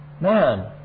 Man